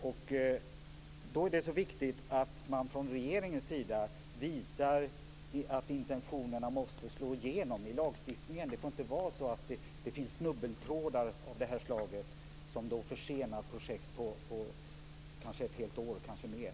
Därför är det så viktigt att regeringen visar att intentionerna måste slå igenom i lagstiftningen. Det får inte vara så att det finns snubbeltrådar av det här slaget som försenar projekt i ett helt år, och kanske mer.